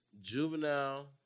juvenile